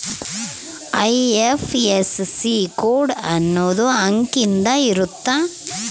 IFSC code ಅನ್ನೊಂದ್ ಅಂಕಿದ್ ಇರುತ್ತ